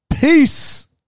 Peace